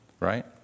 Right